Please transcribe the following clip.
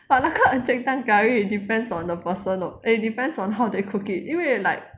but 那个 Encik Tan curry it depends on the person eh depends on how they cook it 因为 like